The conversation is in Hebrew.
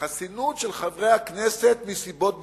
בחסינות של חברי הכנסת מסיבות ביטחוניות.